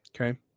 Okay